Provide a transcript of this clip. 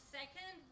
second